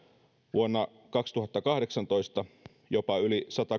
vuonna kaksituhattakahdeksantoista jopa yli